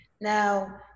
Now